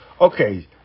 Okay